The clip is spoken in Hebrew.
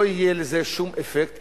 לא יהיה לזה שום אפקט,